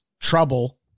trouble